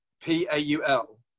P-A-U-L